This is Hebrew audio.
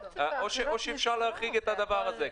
או שאפשר להחריג את הדבר הזה.